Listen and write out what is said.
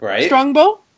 Strongbow